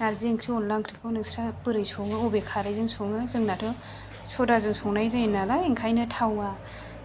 नार्जि ओंख्रि अनला ओंख्रिखौ नोंसोरहा बोरै सङो बबे खारैजों सङो जोंनाथ' सदाजों संनाय जायो नालाय ओंखायनो थावा